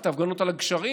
את ההפגנות על הגשרים,